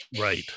right